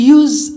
use